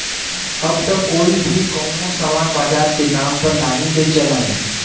अब त कोई भी कउनो सामान बाजार के दाम पे नाहीं बेचलन